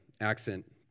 accent